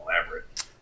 elaborate